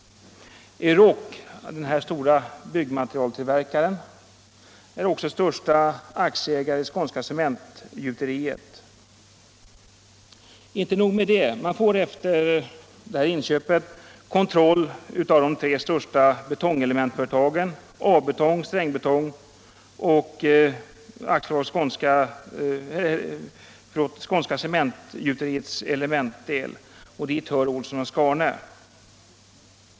Euroc — den stora byggmaterialtillverkaren — är också den största aktieägaren i Skånska Cementgjuteriet. Inte nog med det, man får efter detta inköp kontroll över de tre största betongelementföretagen i landet, nämligen A-Betong, Strängbetong och Skånska Cementgjuteriets Elementdel — och dit hör Ohlsson & Skarne.